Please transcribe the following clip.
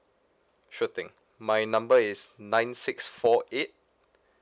sure thing my number is nine six four eight